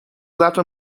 ظرف